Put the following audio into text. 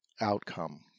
outcome